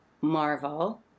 marvel